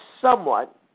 somewhat